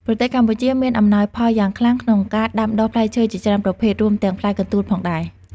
ប្រទេសកម្ពុជាមានអំណោយផលយ៉ាងខ្លាំងក្នុងការដាំដុះផ្លែឈើជាច្រើនប្រភេទ រួមទាំងផ្លែកន្ទួតផងដែរ។